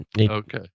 Okay